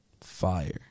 Fire